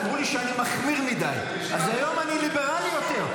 אמרו לי שאני מחמיר מדי, אז היום אני ליברלי יותר.